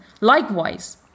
likewise